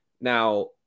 Now